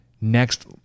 Next